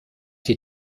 die